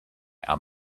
our